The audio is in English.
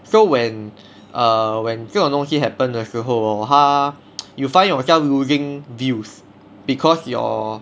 so when err when 这种东西 happens 的时候 hor 他 you'll find yourself losing views because your